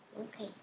okay